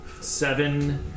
seven